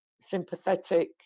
sympathetic